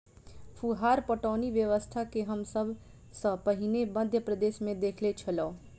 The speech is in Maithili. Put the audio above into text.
फुहार पटौनी व्यवस्था के हम सभ सॅ पहिने मध्य प्रदेशमे देखने छलौं